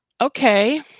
okay